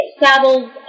saddles